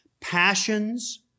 passions